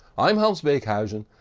i am hans beekhuyzen,